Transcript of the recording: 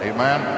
Amen